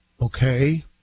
Okay